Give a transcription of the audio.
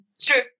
true